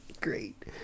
Great